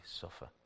suffer